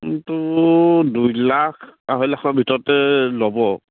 তোৰ দুই লাখ আঢ়ৈ লাখৰ ভিতৰতে ল'ব